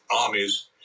armies